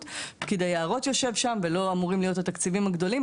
כדי להראות שיושב שם ולא אמורים להיות תקציבים גדולים,